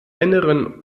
inneren